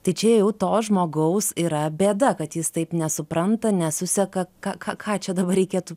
tai čia jau to žmogaus yra bėda kad jis taip nesupranta nesuseka ką ką ką čia dabar reikėtų